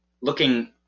looking